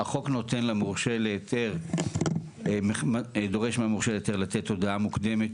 החוק דורש מהמורשה להיתר לתת הודעה מוקדמת